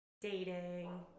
dating